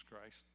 Christ